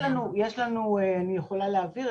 יש לנו, אני יכולה להעביר.